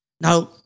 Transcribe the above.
Now